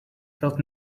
felt